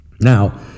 Now